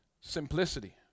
Simplicity